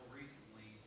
recently